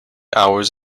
hours